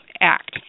act